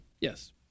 Yes